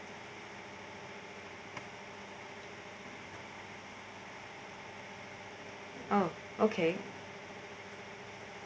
oh okay